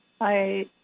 Hi